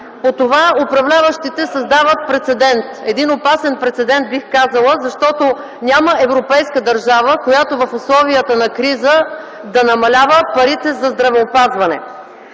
По това управляващите създават прецедент – един опасен прецедент, бих казала, защото няма европейска държава, която в условията на криза да намалява парите за здравеопазване.